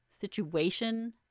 Situation